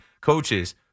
coaches